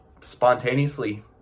spontaneously